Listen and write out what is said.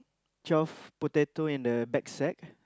twelve potato in the back sack